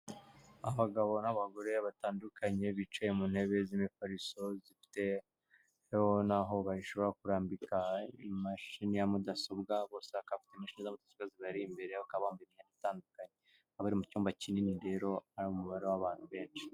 Abagabo n'abagore batandukanye, bicaye mu ntebe z'imifariso, zifite n'aho bashobora kurambika imashini ya mudasobwa, bose bakaba bafite imashini zibari imbere, bakaba bambaye imyenda itandukanye, bakaba bari mu cyumba kinini rero, ari umubare w'abantu benshi.